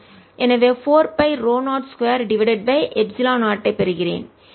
எனவே 4 pi ρ0 2 divided by epsilon 0 ஐ பெறுகிறேன்